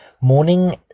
morning